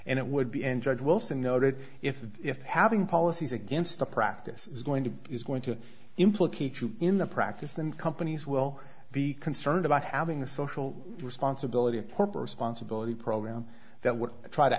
and it would be enjoyed wilson noted if if having policies against the practice is going to is going to implicate you in the practice then companies will be concerned about having the social responsibility of corporate sponsibility program that would try to